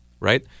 Right